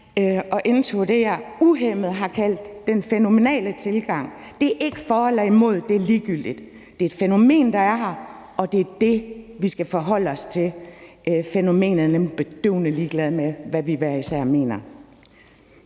og indtog det, jeg uhæmmet har kaldt den fænomenale tilgang. Det handler ikke om for eller imod; det er ligegyldigt. Det er et fænomen, der er her, og det er det, vi skal forholde os til. Fænomenet er nemlig bedøvende ligeglad med, hvad vi hver især mener.